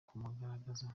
kumugaragaza